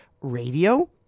Radio